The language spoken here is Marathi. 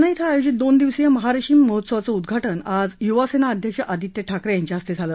जालना इथं आयोजित दोन दिवसीय महारेशीम महोत्सवाचं उद्धाटन आज य्वासेना अध्यक्ष आदित्य ठाकरे यांच्या हस्ते झालं